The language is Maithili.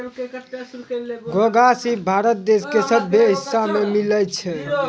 घोंघा, सिप भारत देश के सभ्भे हिस्सा में मिलै छै